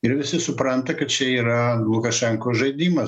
ir visi supranta kad čia yra lukašemkos žaidimas